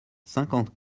cinquante